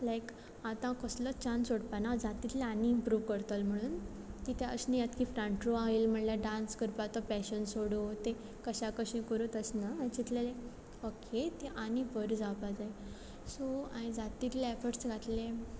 लायक आतां हांव कसलो चान्स सोडपाना जाता तितलें आनी इमप्रूव करतलें म्हणून किद्या अशें न्ही की फ्रंट रोवा येयल्या म्हणल्यार डान्स करपा तो पॅशन सोडूं ते कशाकशें करूं तशें ना हांयें चिंतलेलें ओके आनी बोरें जावपा जाय सो हांयें जाता तितलें एफर्ट्स घातले